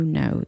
no